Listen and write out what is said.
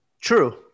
True